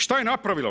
Šta je napravilo?